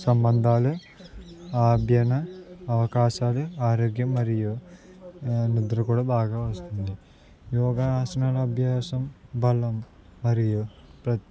సంబంధాలు అభ్యసన అవకాశాలు ఆరోగ్యం మరియు నిద్ర కూడా బాగా వస్తుంది యోగా ఆసనాల అభ్యాసం బలం మరియు